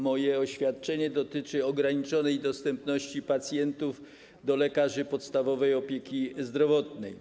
Moje oświadczenie dotyczy sprawy ograniczonej dostępności pacjentów do lekarzy podstawowej opieki zdrowotnej.